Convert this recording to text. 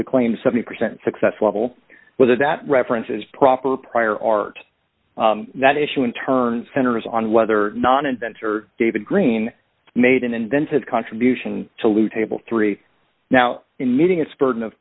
the claim seventy percent success level whether that reference is proper prior art that issue in turn centers on whether or not inventor david greene made an invented contribution to leue table three now in meeting its burden of